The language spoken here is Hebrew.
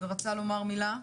ורצה לומר מילה.